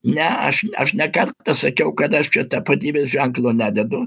ne aš aš ne kartą sakiau kad aš čia tapatybės ženklo nededu